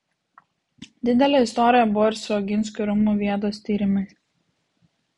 didelė istorija buvo ir su oginskių rūmų vietos tyrimais